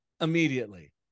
immediately